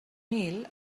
mil